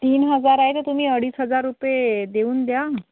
तीन हजार आहे तर तुम्ही अडीच हजार रुपये देऊन द्या